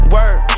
Word